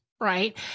Right